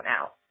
out